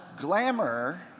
glamour